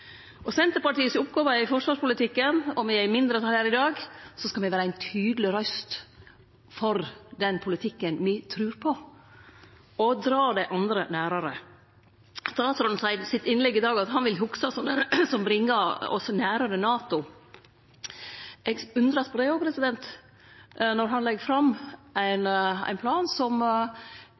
Senterpartiet si oppgåve i forsvarspolitikken, om me er i mindretal her i dag, er å vere ei tydeleg røyst for den politikken me trur på, og dra dei andre nærare. Statsråden sa i innlegget sitt i dag at han vil verte hugsa som den som bringa oss nærare NATO. Eg undrast på det når han legg fram ein plan som